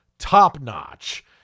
top-notch